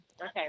Okay